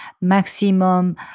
maximum